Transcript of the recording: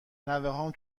نوهام